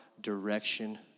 direction